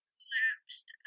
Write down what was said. collapsed